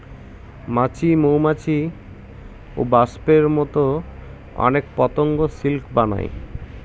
মাছি, মৌমাছি, ওবাস্পের মতো অনেক পতঙ্গ সিল্ক বানায়